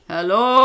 Hello